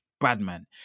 Badman